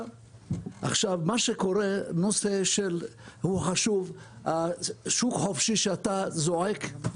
הנושא שהוא חשוב ושאתה זועק אותו,